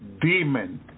demon